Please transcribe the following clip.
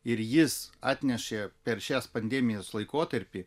ir jis atnešė per šios pandemijos laikotarpį